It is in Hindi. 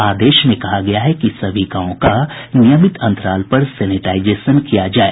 आदेश में कहा गया है कि सभी गांवों का नियमित अंतराल पर सेनेटाइजेशन किया जाए